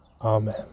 Amen